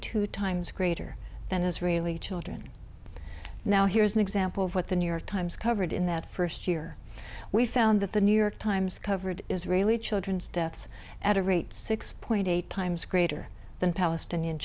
two times greater than israeli children now here's an example of what the new york times covered in that first year we found that the new york times covered israeli children's deaths at a rate six point eight times greater than palestinian